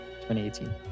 2018